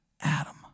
Adam